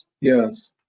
Yes